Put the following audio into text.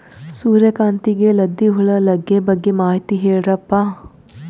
ಸೂರ್ಯಕಾಂತಿಗೆ ಲದ್ದಿ ಹುಳ ಲಗ್ಗೆ ಬಗ್ಗೆ ಮಾಹಿತಿ ಹೇಳರಪ್ಪ?